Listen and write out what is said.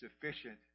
sufficient